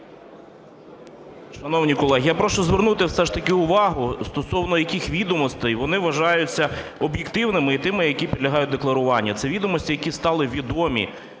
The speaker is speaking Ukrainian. Шановні колеги, я прошу звернути все ж таки увагу, стосовно яких відомостей вони вважаються об'єктивними і тими, які підлягають декларуванню. Це відомості, які стали відомі